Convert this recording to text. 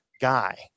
guy